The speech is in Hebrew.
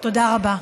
תודה רבה.